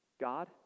God